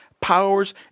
powers